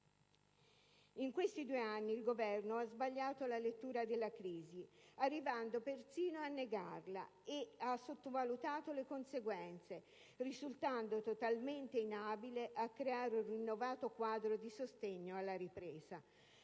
In questi due anni il Governo ha sbagliato la lettura della crisi, arrivando persino a negarla, e ha sottovalutato le conseguenze, risultando totalmente inabile a creare un rinnovato quadro di sostegno alla ripresa.